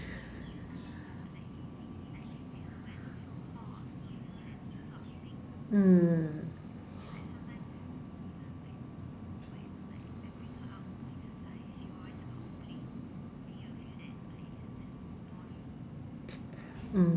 mm